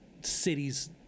cities